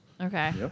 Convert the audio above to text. Okay